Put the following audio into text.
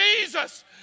Jesus